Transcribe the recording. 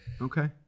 Okay